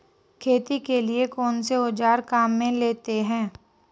खेती के लिए कौनसे औज़ार काम में लेते हैं?